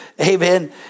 Amen